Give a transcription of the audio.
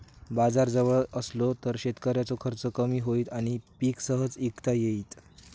बाजार जवळ असलो तर शेतकऱ्याचो खर्च कमी होईत आणि पीक सहज इकता येईत